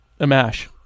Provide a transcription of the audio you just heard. Amash